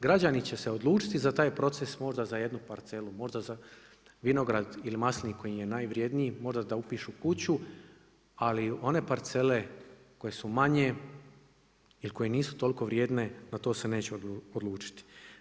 Građani će se odlučiti za taj proces možda za jednu parcelu, možda za vinograd ili maslinik koji im je najvrjedniji, možda da upišu kuću, ali one parcele koje su manje ili koje nisu toliko vrijedne na to se neće odlučiti.